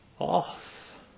off